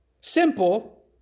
Simple